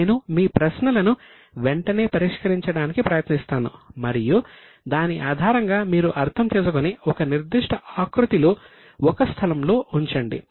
నేను మీ ప్రశ్నలను వెంటనే పరిష్కరించడానికి ప్రయత్నిస్తాను మరియు దాని ఆధారంగా మీరు అర్థం చేసుకొని ఒక నిర్దిష్ట ఆకృతిలో ఒక స్థలంలో ఉంచండి